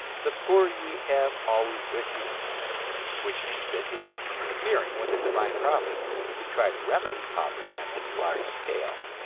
the poor ye have always with you which means that it is interfering with divine providence to try to remedy poverty on any large scale.